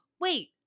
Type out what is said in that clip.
Wait